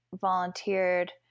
volunteered